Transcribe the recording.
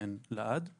ולהינתן לעד?